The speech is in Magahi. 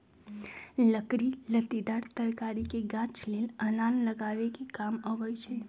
लकड़ी लत्तिदार तरकारी के गाछ लेल अलान लगाबे कें काम अबई छै